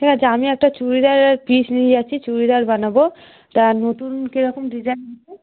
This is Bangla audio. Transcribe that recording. ঠিক আছে আমি একটা চুড়িদারের পিস নিয়ে যাচ্ছি চুড়িদার বানাবো তা নতুন কেরকম ডিজাইন